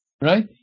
right